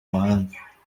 mahanga